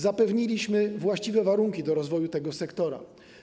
Zapewniliśmy właściwe warunki do rozwoju tego sektora.